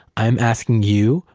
i'm asking you,